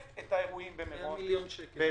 איפה היו ההתניות בתקציב הזה